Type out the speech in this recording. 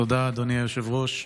תודה, אדוני היושב-ראש.